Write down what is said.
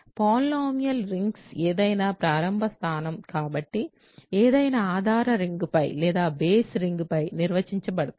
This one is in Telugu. పాలినామియల్ రింగ్స్ ఏదైనా ప్రారంభ స్థానం కాబట్టి ఏదైనా ఆధార రింగ్పై నిర్వచించబడతాయి